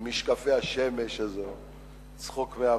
עם משקפי השמש שלו, צחוק מהעבודה,